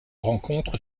rencontre